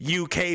uk